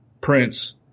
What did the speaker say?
Prince